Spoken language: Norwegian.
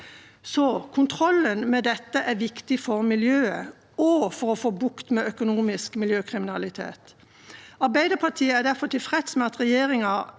Kontrollen med dette er viktig for miljøet og for å få bukt med økonomisk miljøkriminalitet. Arbeiderpartiet er derfor tilfreds med at regjeringa